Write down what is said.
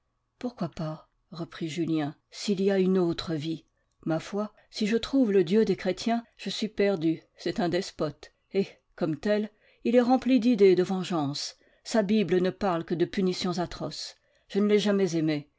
pourquoi pas reprit julien s'il y a une autre vie ma foi si je trouve le dieu des chrétiens je suis perdu c'est un despote et comme tel il est rempli d'idées de vengeance sa bible ne parle que de punitions atroces je ne l'ai jamais aimé